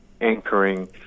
anchoring